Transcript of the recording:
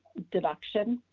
deduction.